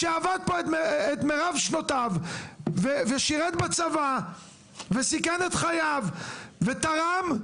שעבד פה את מרב שנותיו ושירת בצבא וסיכן את חייו ותרם,